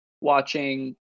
watching